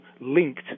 linked